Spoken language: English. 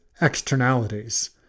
externalities